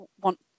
want